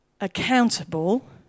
accountable